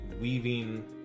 weaving